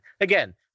Again